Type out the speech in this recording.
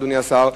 אדוני השר,